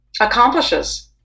accomplishes